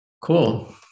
Cool